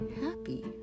happy